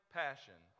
passion